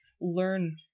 learn